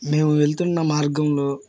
నీవు వెళ్తున్న మార్గంలో